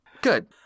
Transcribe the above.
Good